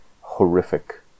horrific